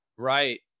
Right